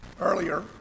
Earlier